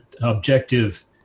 objective